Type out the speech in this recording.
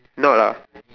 not ah